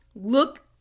look